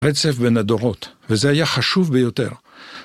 רצף בין הדורות, וזה היה חשוב ביותר.